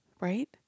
right